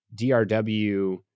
DRW